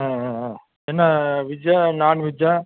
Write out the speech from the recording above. ஆ ஆ என்ன வெஜ்ஜா நான்வெஜ்ஜா